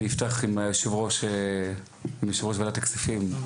אני אפתח עם יושב-ראש ועדת הכספים,